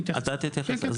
אתה תתייחס?